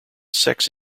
sex